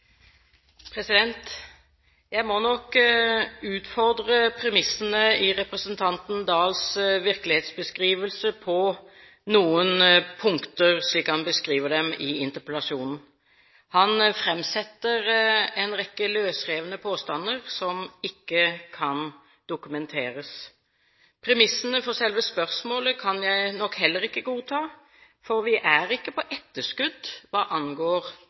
Jeg må nok utfordre premissene i representanten Oktay Dahls virkelighetsbeskrivelse på noen punkter, slik han beskriver dem i interpellasjonen. Han framsetter en rekke løsrevne påstander, som ikke kan dokumenteres. Premissene for selve spørsmålet kan jeg nok heller ikke godta. Vi er ikke på etterskudd hva angår